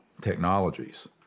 technologies